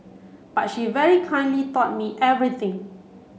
but she very kindly taught me everything